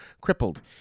crippled